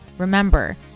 Remember